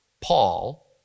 Paul